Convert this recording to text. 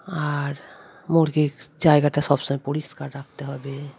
আর মুরগির জায়গাটা সবসময় পরিষ্কার রাখতে হবে